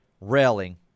railing